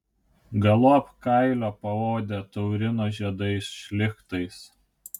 galop kailio paodę taurino žiedais šlichtais